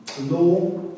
law